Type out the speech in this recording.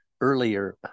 earlier